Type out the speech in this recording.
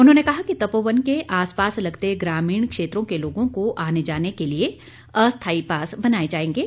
उन्होंने कहा कि तपोवन के आसपास लगते ग्रामीण क्षेत्रों के लोगों को आने जाने के लिए अस्थायी पास बनाए जाएंगे